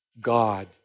God